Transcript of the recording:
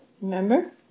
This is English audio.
Remember